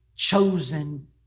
Chosen